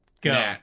Go